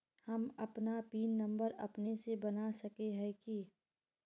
हम अपन pin number अपने से बना सके है की?